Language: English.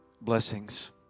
Blessings